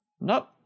Nope